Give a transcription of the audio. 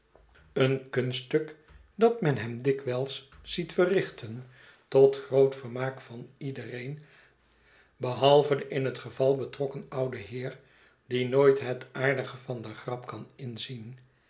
een kunststuk dat men hem dikwijls ziet verrichten tot groot vermaak vaniedereen behalve den in het geval betrokken ouden heer die nooit het aardige van de grap kan inzien